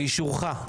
באישורך.